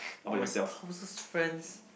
one of my closest friends